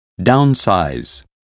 downsize